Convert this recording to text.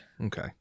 Okay